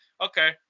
okay